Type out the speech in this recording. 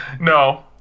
No